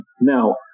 Now